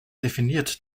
definiert